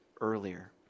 earlier